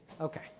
Okay